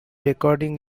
recording